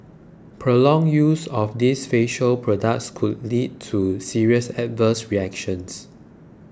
prolonged use of these facial products could lead to serious adverse reactions